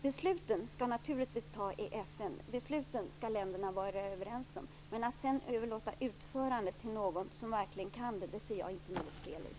Besluten skall naturligtvis fattas i FN, och de skall länderna vara överens om. Men jag ser inte något fel i att överlåta utförandet till någon som verkligen kan det.